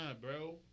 bro